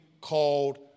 called